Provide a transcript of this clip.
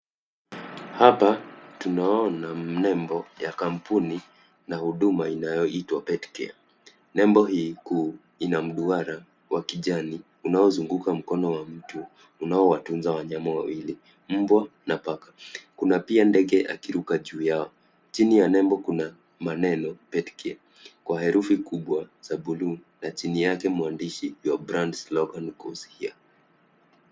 Hapa tunaona nembo ya kampuni na huduma inayoitwa pet care nembo hii kuu ina mduara wa kijani unaozunguka mkono wa mtu unaowatunza wanyama wawili, mbwa na paka, kuna pia ndege akiruka juu yao, chini ya nembo kuna maneno petcare kwa herufi kubwa za blue na chini yake mwandishi your brand slogan goes here .